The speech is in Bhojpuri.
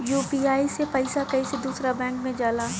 यू.पी.आई से पैसा कैसे दूसरा बैंक मे जाला?